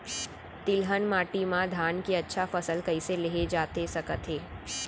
तिलहन माटी मा धान के अच्छा फसल कइसे लेहे जाथे सकत हे?